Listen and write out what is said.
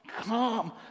come